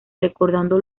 recordando